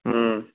ம்